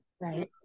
right